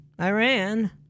Iran—